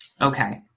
okay